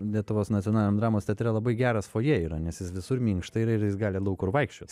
lietuvos nacionaliniam dramos teatre labai geras fojė yra nes jis visur minkšta ir ir jis gali daug kur vaikščiot